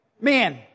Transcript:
man